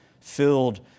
filled